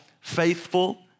faithful